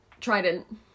trident